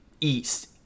east